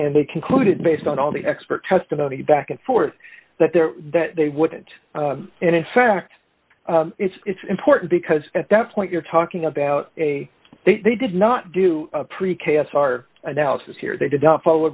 and they concluded based on all the expert testimony back and forth that there that they wouldn't and in fact it's important because at that point you're talking about a they did not do a pre k s r analysis here they did not follow